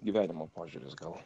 gyvenimo požiūris gal